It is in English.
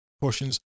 portions